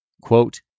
quote